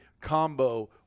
combo